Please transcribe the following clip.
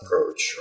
approach